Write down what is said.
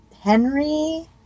Henry